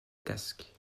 casque